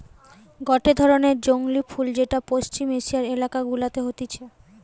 গটে ধরণের জংলী ফুল যেটা পশ্চিম এশিয়ার এলাকা গুলাতে হতিছে